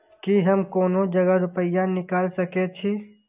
की हम कोनो जगह रूपया निकाल सके छी?